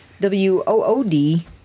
W-O-O-D